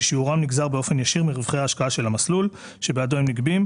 ששיעורם נגזר באופן ישיר מרווחי ההשקעה של המסלול שבעדו הם נגבים,